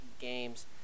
games